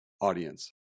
audience